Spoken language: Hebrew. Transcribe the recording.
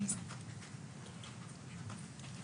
כהימורים.